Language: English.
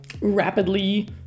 rapidly